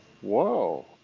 Whoa